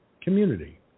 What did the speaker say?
community